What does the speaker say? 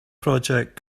project